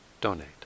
donate